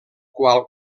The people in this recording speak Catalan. qual